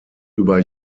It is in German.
über